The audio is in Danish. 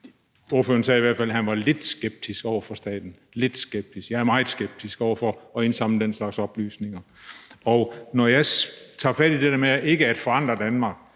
Ordføreren sagde i hvert fald, at han var lidt skeptisk over for staten – lidt skeptisk. Jeg er meget skeptisk over for at indsamle den slags oplysninger. Og når jeg tager fat i det der med ikke at forandre Danmark,